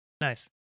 Nice